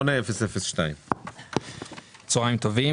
08-002. צוהריים טובים,